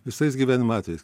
visais gyvenimo atvejais